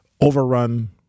overrun